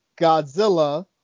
Godzilla